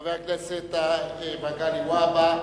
חבר הכנסת מגלי והבה,